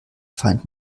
feind